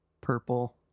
purple